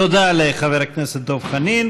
תודה לחבר הכנסת דב חנין.